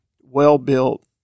well-built